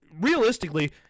realistically